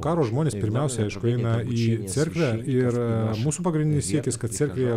karo žmonės pirmiausia aišku eina į cerkvę ir mūsų pagrindinis siekis kad cerkvėje